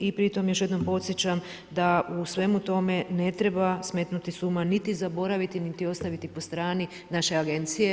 I pri tome još jednom podsjećam da u svemu tome ne treba smetnuti s uma, niti zaboraviti, niti ostaviti po strani naše agencije.